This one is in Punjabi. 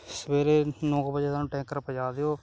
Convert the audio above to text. ਸਵੇਰੇ ਨੌਂ ਵਜੇ ਸਾਨੂੰ ਟੈਂਕਰ ਪਹੁੰਚਾ ਦਿਓ